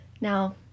Now